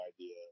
idea